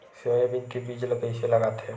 Soybean के बीज ल कइसे लगाथे?